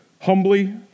humbly